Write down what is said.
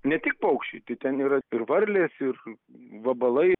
ne tik paukščiai tai ten yra ir varlės ir vabalai